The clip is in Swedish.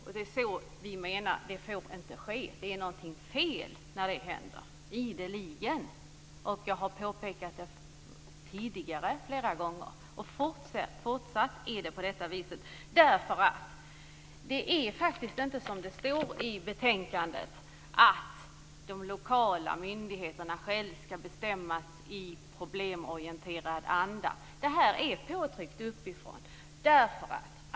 Vi menar att sådant inte får ske. Det är något fel när det händer ideligen. Jag har påpekat det flera gånger tidigare, och det fortsätter att vara på detta vis. Det är faktisk inte så som det står i betänkandet, dvs. att de lokala myndigheterna själva skall bestämma i problemorienterad anda. Detta är påtryckt uppifrån.